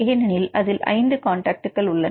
ஏனெனில் அதில் 5கான்டக்ட் உள்ளன